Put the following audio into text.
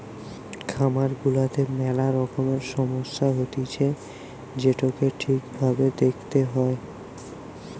খামার গুলাতে মেলা রকমের সমস্যা হতিছে যেটোকে ঠিক ভাবে দেখতে হয়